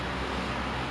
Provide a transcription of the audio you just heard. so would you do that